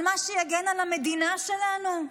על מה שיגן על המדינה שלנו?